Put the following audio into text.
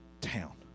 town